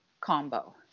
combo